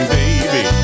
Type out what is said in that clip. baby